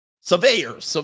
surveyors